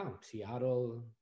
Seattle